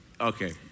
Okay